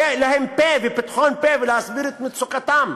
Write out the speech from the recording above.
זה יהיה להם לפה, פתחון פה להסביר את מצוקתם.